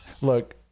Look